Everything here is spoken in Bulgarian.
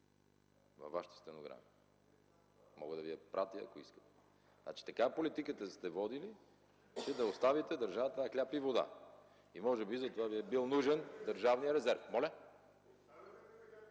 Във Вашата стенограма! Мога да Ви я пратя, ако искате. Значи такава политика сте водили, че да оставите държавата на хляб и вода! Може би за това Ви е бил нужен държавният резерв. ЛЮБЕН